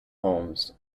holmes